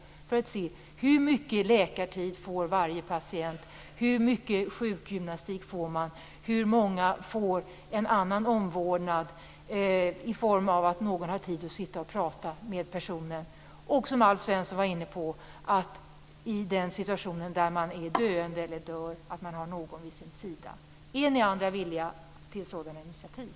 Då skulle man kunna se hur mycket läkartid varje patient får och hur mycket sjukgymnastik de får. Man skulle också kunna se hur många som får annan omvårdnad i form av att någon har tid att sitta och prata. Som Alf Svensson var inne på, gäller det också att man i den situation då man är döende eller dör, har någon vid sin sida. Är ni andra villiga till sådana initiativ?